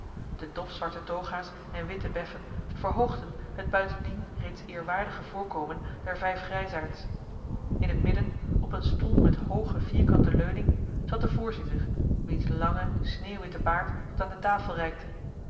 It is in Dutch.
de dofzwarte toga's en witte beffen verhoogden het buitendien reeds eerwaardige voorkomen der vijf grijsaards in het midden op een stoel met hooge vierkante leuning zat de voorzitter wiens lange sneeuwwitte baard tot aan de tafel reikte